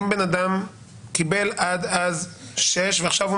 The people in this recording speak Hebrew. אם בן אדם קיבל עד אז שישה חודשים ועכשיו הוא